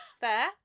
Fair